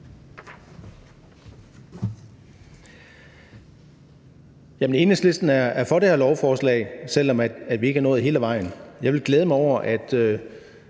Enhedslisten er for det her lovforslag, selv om vi ikke er nået hele vejen. Jeg vil glæde mig over, at